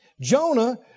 Jonah